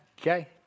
Okay